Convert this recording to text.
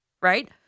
right